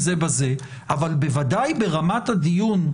בוודאי שברמת הדיון,